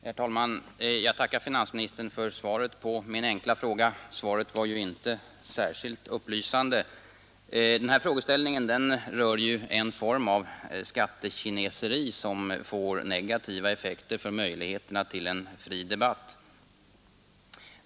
Herr talman! Jag tackar finansministern för svaret på min enkla fråga, även om det inte var särskilt upplysande. Den här frågeställningen rör ju en form av skattekineseri som får negativa effekter på möjligheterna till en fri debatt.